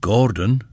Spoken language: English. Gordon